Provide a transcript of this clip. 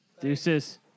Deuces